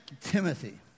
Timothy